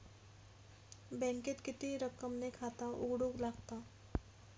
बँकेत किती रक्कम ने खाता उघडूक लागता?